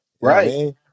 Right